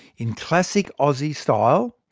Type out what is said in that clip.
in classic aussie style,